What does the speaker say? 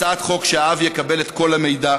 הצעת חוק שהאב יקבל את כל המידע,